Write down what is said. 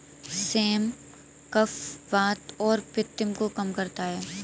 same कफ, वात और पित्त को कम करता है